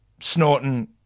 snorting